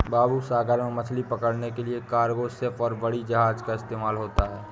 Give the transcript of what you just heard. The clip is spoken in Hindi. बाबू सागर में मछली पकड़ने के लिए कार्गो शिप और बड़ी जहाज़ का इस्तेमाल होता है